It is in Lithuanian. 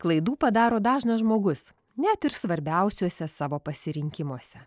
klaidų padaro dažnas žmogus net ir svarbiausiuose savo pasirinkimuose